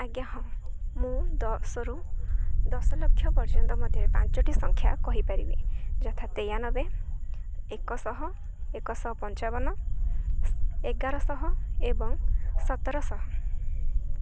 ଆଜ୍ଞା ହଁ ମୁଁ ଦଶରୁ ଦଶଲକ୍ଷ ପର୍ଯ୍ୟନ୍ତ ମଧ୍ୟରେ ପାଞ୍ଚଟି ସଂଖ୍ୟା କହିପାରିବି ଯଥା ତେୟାନବେ ଏକଶହ ଏକଶହ ପଞ୍ଚାବନ ଏଗାରଶହ ଏବଂ ସତରଶହ